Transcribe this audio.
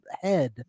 head